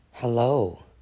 Hello